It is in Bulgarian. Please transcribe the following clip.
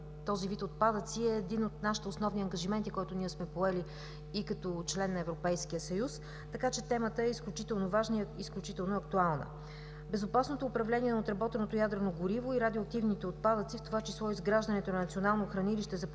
този вид отпадъци е един от нашите основни ангажименти, който ние сме поели и като член на Европейския съюз. Така че темата е изключително важна и изключително актуална. Безопасното управление на отработеното ядрено гориво и радиоактивните отпадъци, в това число и изграждането на Националното хранилище за погребване